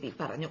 P പറഞ്ഞു